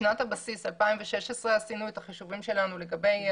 בשנת הבסיס 2016 עשינו את החישובים שלנו לגבי